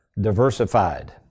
diversified